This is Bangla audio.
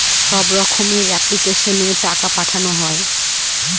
সব রকমের এপ্লিক্যাশনে টাকা পাঠানো হয়